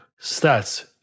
Stats